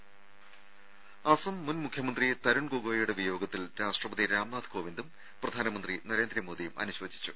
രും അസം മുൻ മുഖ്യമന്ത്രി തരുൺ ഗൊഗോയിയുടെ വിയോഗത്തിൽ രാഷ്ട്രപതി രാംനാഥ് കോവിന്ദും പ്രധാനമന്ത്രി നരേന്ദ്രമോദിയും അനുശോചിച്ചു